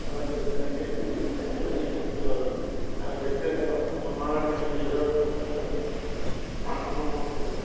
బాగా చదివారంటే మంచి స్థాయికి వెళ్లొచ్చు అని చెప్పేవారు అలా చెప్పిన తర్వాత మా నాన్నని మేము ఏదో అనుకున్నాం కానీ మా నాన్న మాకు